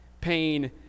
pain